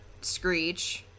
Screech